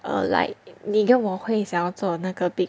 err like 你跟我会想做那个 big